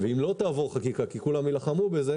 ואם לא תעבור חקיקה כי כולם יילחמו בה,